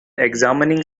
examining